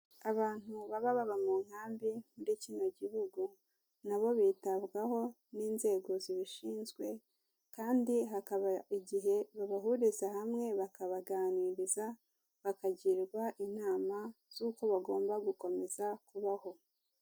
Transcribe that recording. Abantu baba baba mu nkambi muri kino gihugu, nabo bitabwaho n'inzego zibishinzwe, kandi hakaba igihe babahuriza hamwe bakabaganiriza bakagirwa inama z'uko bagomba gukomeza kubaho.